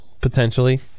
potentially